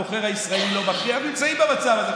הבוחר הישראלי לא בקי, אז נמצאים במצב הזה.